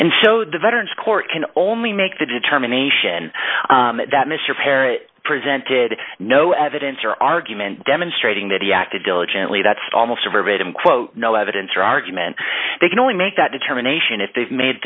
and show the veterans court can only make the determination that mr perry presented no evidence or argument demonstrating that he acted diligently that's almost verbatim quote no evidence or argument they can only make that determination if they've made